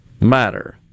matter